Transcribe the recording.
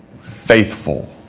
faithful